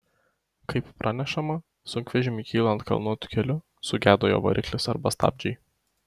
kaip pranešama sunkvežimiui kylant kalnuotu keliu sugedo jo variklis arba stabdžiai